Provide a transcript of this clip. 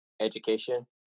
education